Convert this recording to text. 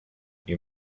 you